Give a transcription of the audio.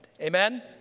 Amen